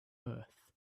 earth